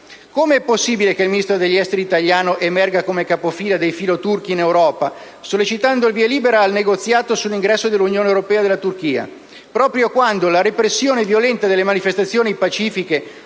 Come è possibile che il Ministro degli affari esteri italiano emerga come capofila dei filoturchi in Europa, sollecitando il via libera al negoziato sull'ingresso nell'Unione europea della Turchia, proprio quando la repressione violenta delle manifestazioni pacifiche